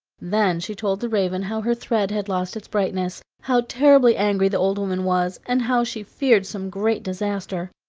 then she told the raven how her thread had lost its brightness, how terribly angry the old woman was, and how she feared some great disaster.